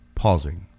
Pausing